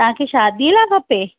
तव्हांखे शादीअ लाइ खपे